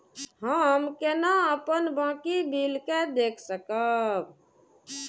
हम केना अपन बाकी बिल के देख सकब?